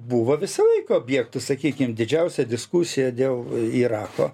buvo visą laiką objektų sakykim didžiausia diskusija dėl irako